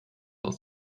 aus